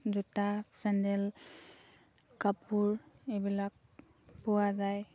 জোতা চেণ্ডেল কাপোৰ এইবিলাক পোৱা যায়